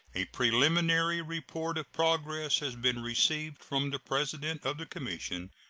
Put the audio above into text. a preliminary report of progress has been received from the president of the commission,